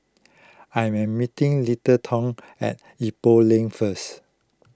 I am meeting Littleton at Ipoh Lane first